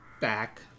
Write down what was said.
back